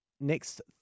next